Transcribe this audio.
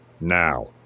Now